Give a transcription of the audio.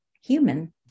human